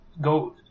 go